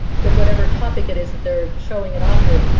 that whatever topic it is that they're showing and offering,